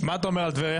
מה אתה אומר על טבריה?